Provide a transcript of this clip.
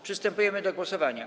Przystępujemy do głosowania.